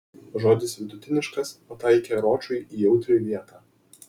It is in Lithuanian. žodis vidutiniškas pataikė ročui į jautri vietą